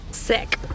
sick